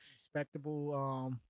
Respectable